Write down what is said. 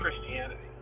Christianity